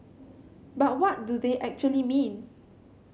but what do they actually mean